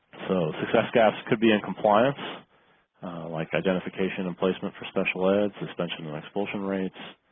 so success gaps could be in compliance like identification and placement for special ed suspension and expulsion rates